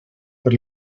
per